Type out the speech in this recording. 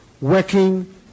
working